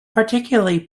particularly